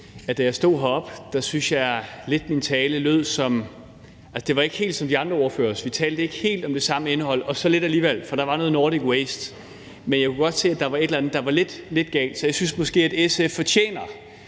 da jeg stod heroppe, syntes jeg lidt, at min tale ikke helt lød som de andre ordføreres. Vi talte ikke helt om det samme indhold, og så lidt alligevel, for der var noget Nordic Waste. Men jeg kunne godt se, der var et eller andet, der var lidt galt, så jeg synes måske, at SF fortjener,